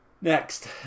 Next